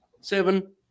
seven